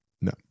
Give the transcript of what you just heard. No